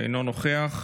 אינו נוכח,